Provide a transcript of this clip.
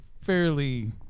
fairly